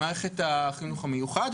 במערכת החינוך המיוחד.